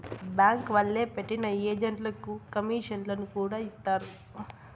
bank వాళ్లే పెట్టిన ఏజెంట్లకు కమీషన్లను కూడా ఇత్తారు